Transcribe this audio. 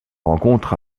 rencontre